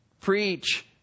preach